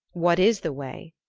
what is the way?